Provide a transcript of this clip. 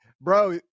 Bro